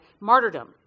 martyrdom